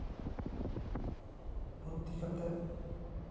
ᱵᱷᱩᱛᱛᱤ ᱠᱟᱛᱮᱫ